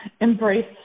embrace